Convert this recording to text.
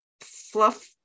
fluff